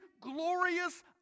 glorious